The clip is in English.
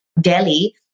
Delhi